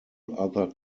other